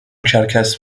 کرکس